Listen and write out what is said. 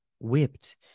whipped